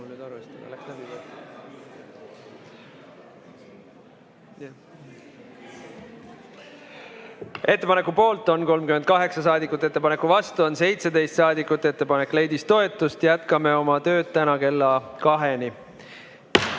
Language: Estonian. Ettepaneku poolt on 38 saadikut, ettepaneku vastu on 17 saadikut. Ettepanek leidis toetust, jätkame täna oma tööd kella kaheni. Ja